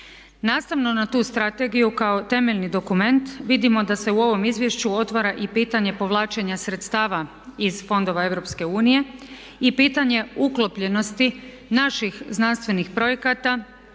Nastavno na tu strategiju kao temeljni dokument vidimo da se u ovom izvješću otvara i pitanje povlačenja sredstava iz fondova EU i pitanje uklopljenosti naših znanstvenih projekata